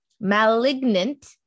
Malignant